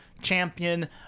champion